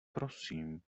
prosím